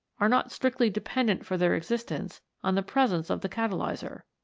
are not strictly dependent for their existence on the presence of the catalyser.